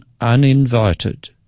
uninvited